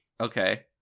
Okay